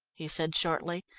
he said shortly.